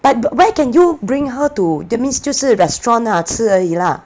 but where can you bring her to that means 就是 restaurant ah 吃而已 lah